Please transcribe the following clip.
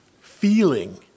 feeling